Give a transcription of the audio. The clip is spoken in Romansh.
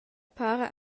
para